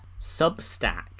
Substack